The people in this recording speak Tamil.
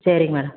சேரிங்க மேடம்